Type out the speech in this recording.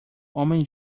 homem